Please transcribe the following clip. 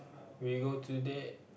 we go to date